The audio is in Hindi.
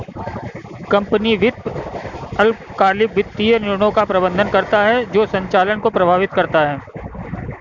कंपनी वित्त अल्पकालिक वित्तीय निर्णयों का प्रबंधन करता है जो संचालन को प्रभावित करता है